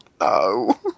no